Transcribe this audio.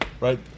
Right